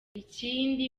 ikindi